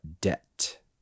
debt